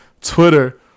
Twitter